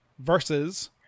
Versus